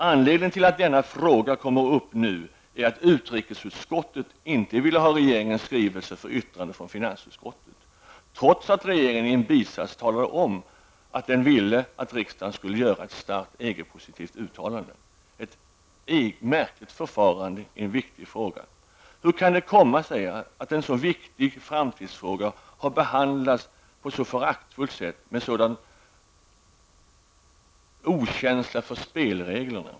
Anledningen till att denna fråga kommer upp nu är att utrikesutskottet inte ville ha regeringens skrivelse för yttrande från finansutskottet, trots att regeringen i en bisats talade om att den ville att riksdagen skulle göra ett starkt EG-positivt uttalande -- ett märkligt förfarande i en viktig fråga. Hur kan det komma sig att en så viktig framtidsfråga har behandlats på ett så föraktfullt sätt, med en sådan okänsla för spelreglerna?